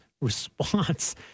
response